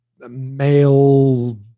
male